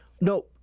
No